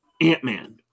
Ant-Man